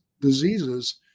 diseases